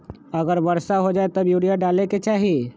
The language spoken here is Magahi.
अगर वर्षा हो जाए तब यूरिया डाले के चाहि?